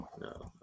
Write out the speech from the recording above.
No